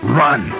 run